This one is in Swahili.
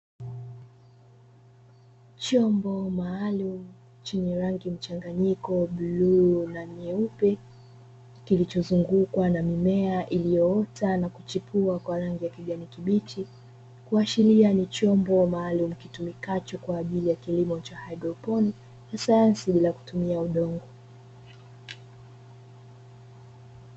Chombo maalumu chenye rangi mchanganyiko bluu na nyeupe, kilichozungukwa na mimea iliyoota na kuchipua kwa rangi ya kijani kibichi. Kuashiria ni chombo maalumu kitumikacho kwa ajili kilimo cha haidroponi, ya sayansi bila kutumia udongo.